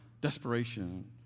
desperation